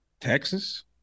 Texas